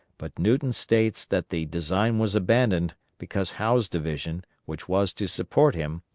but newton states that the design was abandoned because howe's division, which was to support him,